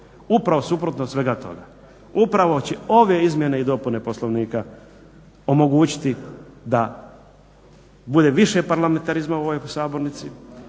upravo suprotno od svega toga. Upravo će ove izmjene i dopune Poslovnika omogućiti da bude više parlamentarizma u ovoj sabornici